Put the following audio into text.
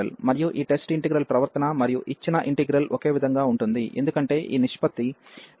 మరియు ఈ test integral ప్రవర్తన మరియు ఇచ్చిన ఇంటిగ్రల్ ఒకే విధంగా ఉంటుంది ఎందుకంటే ఈ నిష్పత్తి స్థిర సంఖ్యగా ఉంటుంది